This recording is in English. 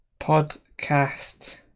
podcast